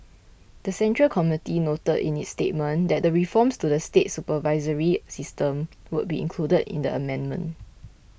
the Central Committee noted in its statement that reforms to the state supervisory system would be included in the amendment